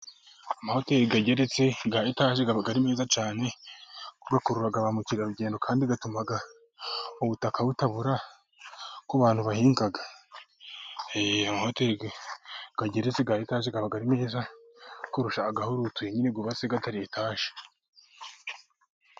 Amahoteli ageretse ya etaje aba ari meza cyane. Akurura ba mukerarugendo, kandi bigatuma ubutaka butabura ku bantu bahinga. Amahoteli ageretse ya etaje ageretse ni meza kurusha ahurutuye nyine yubatse atari etaje.